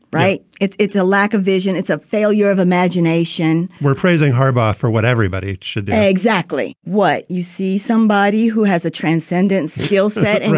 right. it's it's a lack of vision. it's a failure of imagination we're praising harbaugh for what everybody should say exactly. what you see somebody who has a transcendent skill set. and